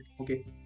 Okay